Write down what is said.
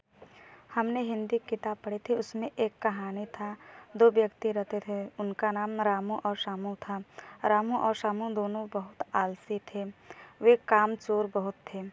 हमने हिंदी की किताब पढ़ी थी उसमें एक कहानी था दो व्यक्ति रहते थे उनका नाम रामू और श्यामू था रामू और श्यामू दोनों बहुत आलसी थे वे कामचोर बहुत थे